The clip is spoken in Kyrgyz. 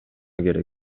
керек